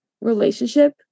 relationship